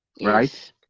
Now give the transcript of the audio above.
right